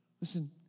Listen